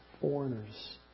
foreigners